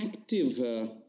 active